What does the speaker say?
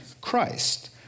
Christ